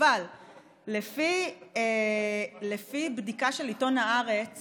אבל לפי בדיקה של עיתון הארץ